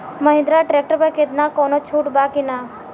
Mahindra tractor पर केतना कौनो छूट बा कि ना?